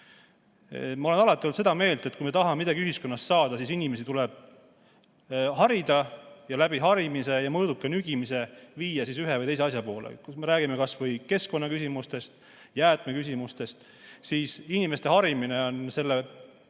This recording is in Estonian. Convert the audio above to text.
Ma olen alati olnud seda meelt, et kui me tahame midagi ühiskonnas saada, siis inimesi tuleb harida ning harimise ja mõõduka nügimisega ühe või teise asja poole viia. Kui me räägime kas või keskkonnaküsimustest, jäätmeküsimustest, siis inimeste harimine on kõige